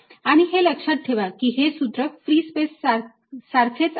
आणि हे लक्षात ठेवा की हे सूत्र फ्री स्पेस सारखेच आहे